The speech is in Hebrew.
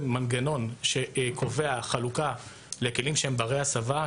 מנגנון שקובע חלוקה לכלים שהם בני הסבה,